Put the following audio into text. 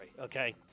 okay